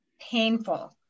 painful